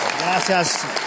gracias